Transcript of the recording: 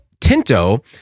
Tinto